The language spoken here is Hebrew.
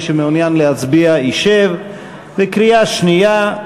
בקריאה שנייה.